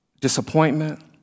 disappointment